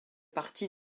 partie